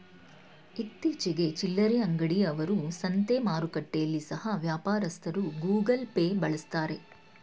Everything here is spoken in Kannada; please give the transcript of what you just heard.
ಇತ್ತೀಚಿಗೆ ಚಿಲ್ಲರೆ ಅಂಗಡಿ ಅವರು, ಸಂತೆ ಮಾರುಕಟ್ಟೆಯಲ್ಲಿ ಸಹ ವ್ಯಾಪಾರಸ್ಥರು ಗೂಗಲ್ ಪೇ ಬಳಸ್ತಾರೆ